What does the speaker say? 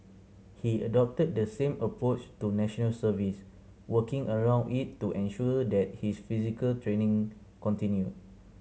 he adopted the same approach to National Service working around it to ensure that his physical training continued